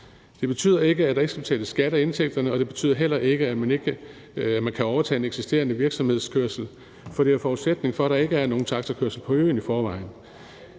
Det betyder ikke, at der ikke skal betales skat af indtægterne, og det betyder heller ikke, at man kan overtage en eksisterende virksomheds kørsel, for det er en forudsætning, at der ikke er nogen taxakørsel på øen i forvejen.